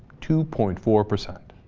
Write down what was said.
two point four percent